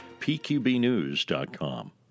pqbnews.com